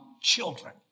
children